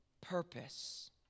purpose